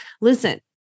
Listen